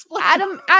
Adam